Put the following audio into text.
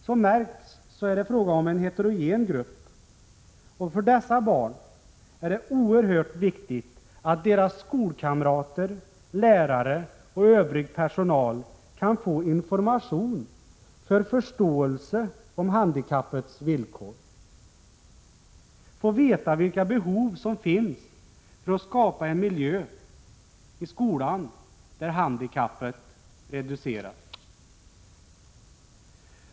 Som märks är det fråga om en heterogen grupp, och för dessa barn är det oerhört viktigt att deras skolkamrater, lärare och övrig personal kan få information, för förståelse om handikappets villkor, och få veta vilka behov som finns av att skapa en miljö i skolan där handikappet reduceras.